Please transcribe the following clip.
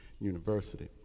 University